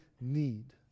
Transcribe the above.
need